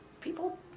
people